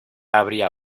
habría